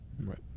right